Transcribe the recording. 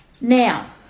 Now